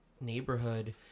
neighborhood